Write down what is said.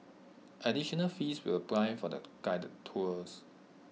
additional fees will apply for the guided tours